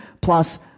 plus